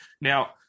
Now